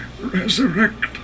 Resurrect